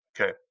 okay